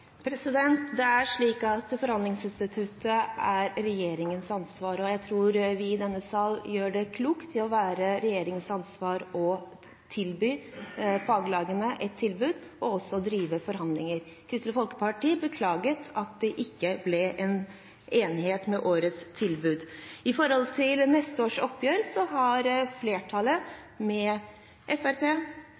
Forhandlingsinstituttet er regjeringens ansvar, og jeg tror vi i denne sal gjør klokt i å la det være regjeringens ansvar å tilby faglagene et tilbud og også drive forhandlinger. Kristelig Folkeparti beklaget at det ikke ble en enighet om årets tilbud. Når det gjelder neste års oppgjør, har flertallet